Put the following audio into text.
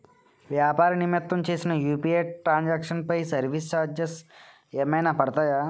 వ్యాపార నిమిత్తం చేసిన యు.పి.ఐ ట్రాన్ సాంక్షన్ పై సర్వీస్ చార్జెస్ ఏమైనా పడతాయా?